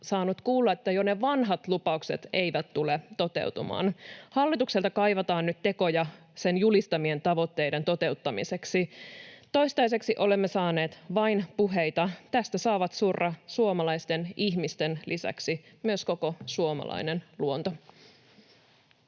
saaneet kuulla, että edes ne vanhat lupaukset eivät tule toteutumaan. Hallitukselta kaivataan nyt tekoja sen julistamien tavoitteiden toteuttamiseksi. Toistaiseksi olemme saaneet vain puheita. Tätä saa surra suomalaisten ihmisten lisäksi myös koko suomalainen luonto.